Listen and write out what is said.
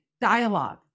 dialogue